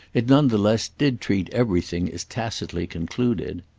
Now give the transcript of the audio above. it none the less did treat everything as tacitly concluded.